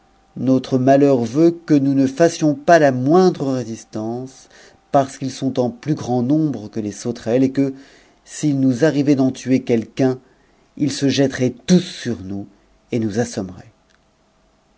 notre mathcu veut que nous ne fassions pas la moindre résistance parce qu'ils sont ex plus grand nombre que les sauterelles et que s'il nous arrivait d'en tuo quelqu'un ils se jetteraient tous sur nous et nous assommeraient